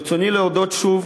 ברצוני להודות שוב